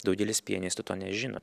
daugelis pianistų to nežino